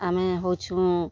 ଆମେ ହେଉଛୁଁ